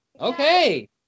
Okay